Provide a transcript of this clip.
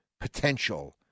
Potential